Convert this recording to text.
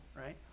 right